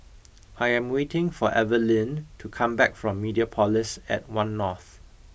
I am waiting for Evaline to come back from Mediapolis at One North